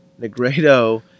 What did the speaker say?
Negredo